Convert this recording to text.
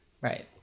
Right